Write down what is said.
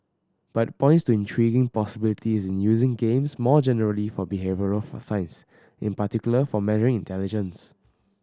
but points to intriguing possibilities in using games more generally for behavioural science in particular for measuring intelligence